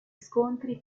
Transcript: scontri